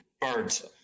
birds